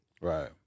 Right